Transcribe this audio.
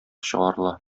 чыгарыла